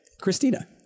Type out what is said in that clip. Christina